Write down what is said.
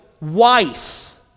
wife